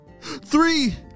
Three